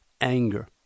anger